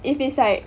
if it's like